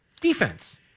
Defense